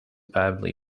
badly